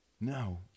No